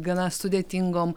gana sudėtingom